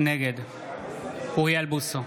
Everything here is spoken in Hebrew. נגד אוריאל בוסו,